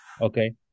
Okay